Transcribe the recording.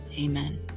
Amen